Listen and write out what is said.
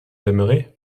aimerez